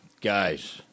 guys